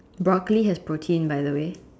broccoli has protein by the way